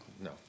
No